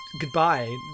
goodbye